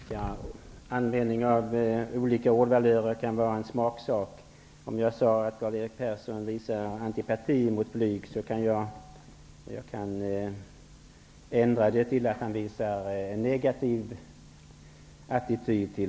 Herr talman! Användningen av olika ordvalörer är en smaksak. Jag sade att Karl-Erik Persson visade antipati gentemot flyg, men jag kan ändra det till att han visar en negativ attityd.